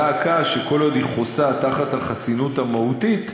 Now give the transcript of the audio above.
דא עקא שכל עוד היא חוסה תחת החסינות המהותית,